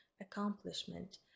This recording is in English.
accomplishment